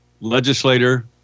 Legislator